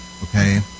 okay